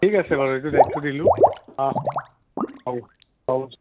ঠিক আছে বাৰু এইটো দায়িত্ব দিলোঁ অঁ হ'ব হ'ব